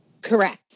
Correct